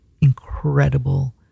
incredible